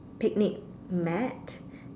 picnic mat